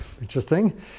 Interesting